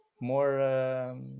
more